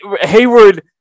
Hayward